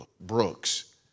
brooks